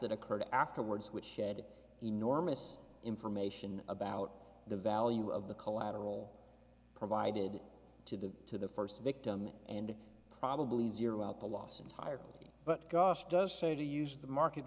that occurred afterwards which shed enormous information about the value of the collateral provided to the to the first victim and probably zero out the loss entirely but gosh does show to use the market